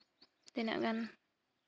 ᱛᱤᱱᱟᱹᱜ ᱜᱟᱱ